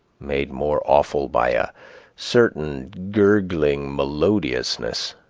made more awful by a certain gurgling melodiousness